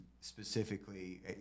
specifically